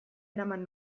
eraman